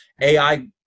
AI